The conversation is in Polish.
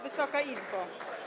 Wysoka Izbo!